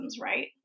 right